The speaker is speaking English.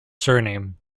surname